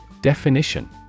Definition